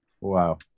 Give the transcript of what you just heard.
wow